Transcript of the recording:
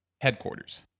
Headquarters